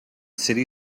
city